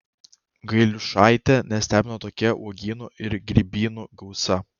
gailiušaitę nestebino tokia uogynų ir grybynų gausa